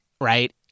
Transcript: right